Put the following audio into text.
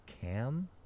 Cam